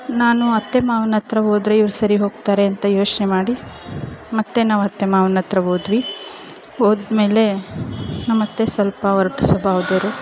ನಾನು ಅತ್ತೆ ಮಾವನ ಹತ್ರ ಹೋದರೆ ಇವ್ರು ಸರಿ ಹೋಗ್ತಾರೆ ಅಂತ ಯೋಚನೆ ಮಾಡಿ ಮತ್ತು ನಾವು ಅತ್ತೆ ಮಾವನ ಹತ್ರ ಹೋದ್ವಿ ಹೋದಮೇಲೆ ನಮ್ಮ ಅತ್ತೆ ಸ್ವಲ್ಪ ಒರಟು ಸ್ವಭಾವದವರು